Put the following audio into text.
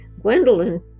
Gwendolyn